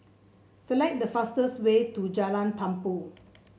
select the fastest way to Jalan Tumpu